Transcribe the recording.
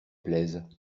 plaisent